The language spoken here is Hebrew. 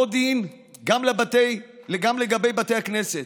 אותו דין גם לגבי בתי הכנסת.